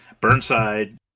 burnside